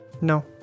No